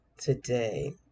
today